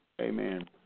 amen